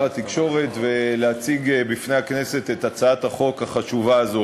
התקשורת ולהציג בפני הכנסת את הצעת החוק החשובה הזאת.